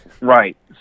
right